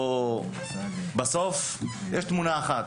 בסוף יש תמונה אחת: